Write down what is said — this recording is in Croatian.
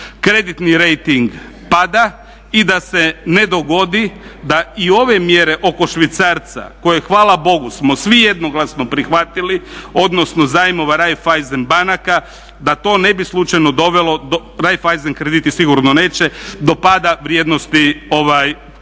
Kreditni rejting pada i da s ne dogodi da i ove mjere oko švicarca koje hvala bogu smo svi jednoglasno prihvatili, odnosno zajmova Raiffeisen banaka da to ne bi slučajno dovelo do, raiffeisen krediti sigurno neće do pada vrijednosti kune.